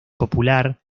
popular